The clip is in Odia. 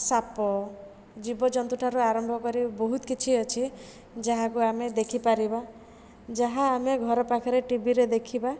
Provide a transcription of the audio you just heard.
ସାପ ଜୀବଜନ୍ତୁ ଠାରୁ ଆରମ୍ଭ କରି ବହୁତ କିଛି ଅଛି ଯାହାକୁ ଆମେ ଦେଖି ପାରିବା ଯାହା ଆମେ ଘର ପାଖରେ ଟିଭିରେ ଦେଖିବା